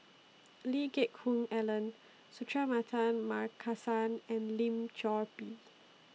Lee Geck Hoon Ellen Suratman Markasan and Lim Chor Pee